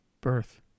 birth